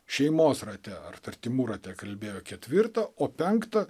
šeimos rate ar artimųjų rate kalbėjo ketvirtą o penktą